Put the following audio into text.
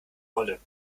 wolle